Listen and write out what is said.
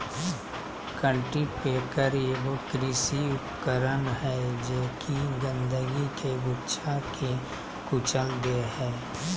cultipacker एगो कृषि उपकरण हइ जे कि गंदगी के गुच्छा के कुचल दे हइ